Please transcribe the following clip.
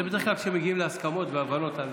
זה, בדרך כלל, כשמגיעים להסכמות והבנות.